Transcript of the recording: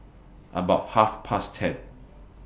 about Half Past ten